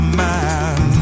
man